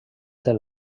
del